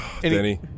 Denny